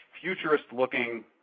futurist-looking